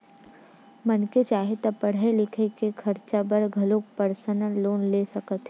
मनखे चाहे ता पड़हई लिखई के खरचा बर घलो परसनल लोन ले सकत हे